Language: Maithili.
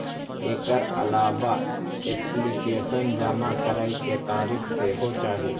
एकर अलावा एप्लीकेशन जमा करै के तारीख सेहो चाही